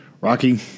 Rocky